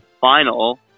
final